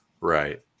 Right